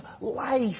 life